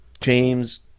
James